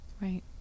right